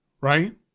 Right